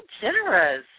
generous